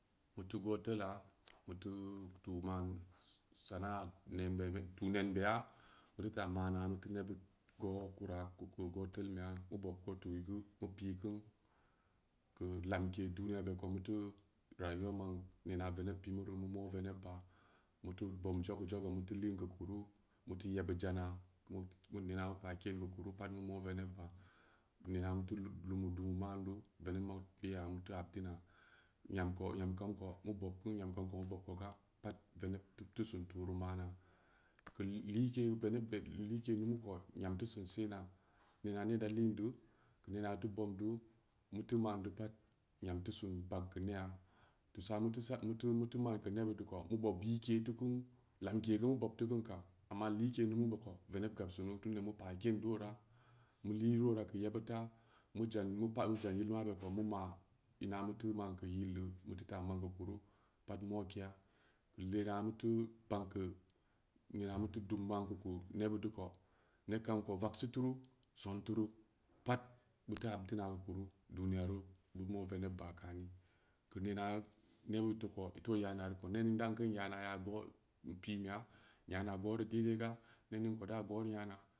Beu teu go tela beteu tuu man tuu nen beya beu teu ta amana beu teu nebud go kura keu ko go tel beya beu bob ko tu'u geu beu pii kun keu lamke duniya be ko bu teu rayuwa man nena veneb pii muru mu mo veneb ba mu teu bobin jogo- jogo mu teu lin keu kuru mu teu yebud jana mudmuta ina mu pa ken keu kuru pat mu mo veneb ba mu teu lumu dom man deu veneb ma beya mu teu habdina yamko- yam kam ko bu bob kuu yam kam ko mu bob ko ga pat veneb teuteusen tuu rii mana keu like veneb be keu like mumu ko yam teu sen sena nena ne da liindu keu nena teu sen bang keu ne aa tusa mu teu san- mu teu muteu man keu nebud deu ko mu bob bike tukunu tamke geu mu bob- teu kein kam ama like numu be ko veneb gab sunu tun damu pa keen du wora mu hru wora keu yebud ta mu jan mu jan yil mabe ko mu ma ina mu teu man keu yildeu mu teu ta man keu kuru pat mokeya keu nema mu teu ban keu nena mu muteu duum man keu nebud deu ko neb kam ko vaksi turu son turu pat mu teu hab dina keu kuru duniya ru beu mo veneb ba kani keu nena nebud deu ko ito yanarii ko ne ning dan kin yana ya go pin beya nya'annagoru dai- daiga ne ning ko daa go ri nya'ana